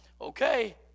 Okay